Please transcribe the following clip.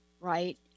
right